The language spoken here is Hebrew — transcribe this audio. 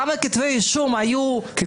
כמה כתבי אישום היו --- יוליה,